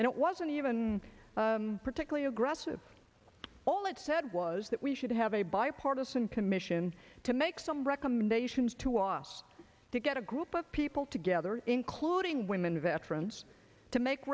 and it wasn't even particularly aggressive all it said was that we should have a bipartisan commission to make some recommendations to us to get a group of people together including women veterans to make